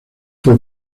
fue